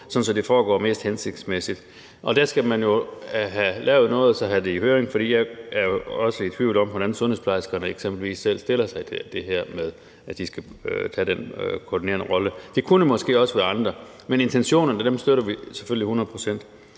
at det foregår mest hensigtsmæssigt. Hvad angår det her, skal man jo have lavet noget og have det sendt i høring, for jeg er også i tvivl om, hvordan sundhedsplejerskerne eksempelvis selv stiller sig til alt det her med, at de skal tage den koordinerende rolle, det kunne måske også være andre, men intentionerne støtter vi selvfølgelig